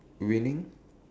winning